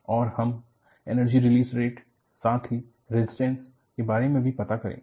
और हम energy release rate साथ ही रजिस्टेंस के बारे में भी पता करेंगे